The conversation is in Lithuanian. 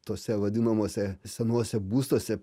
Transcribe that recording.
tuose vadinamuose senuose būstuose